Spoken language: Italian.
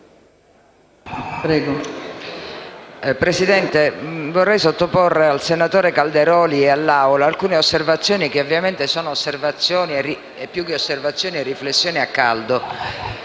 Presidente, vorrei sottoporre al senatore Calderoli e all'Aula alcune osservazioni - che ovviamente sono, più che osservazioni, riflessioni a caldo